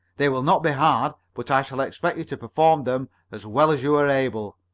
they will not be hard, but i shall expect you to perform them as well as you are able.